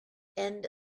end